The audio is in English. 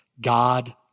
God